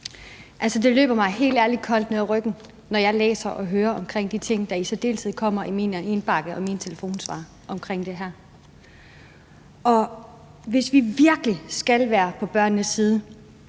Det løber mig helt ærligt koldt ned ad ryggen, når jeg læser og hører om de ting, der i særdeleshed kommer i min indbakke og på min telefonsvarer om det her. Hvis vi virkelig skal være på børnenes side,